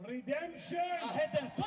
Redemption